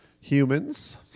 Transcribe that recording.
Humans